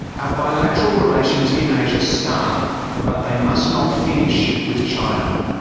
our bilateral relations in asia start but they must not finish with china.